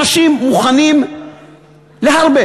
אנשים מוכנים להרבה,